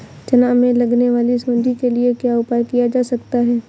चना में लगने वाली सुंडी के लिए क्या उपाय किया जा सकता है?